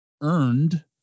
earned